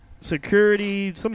security